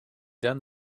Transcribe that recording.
done